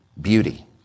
beauty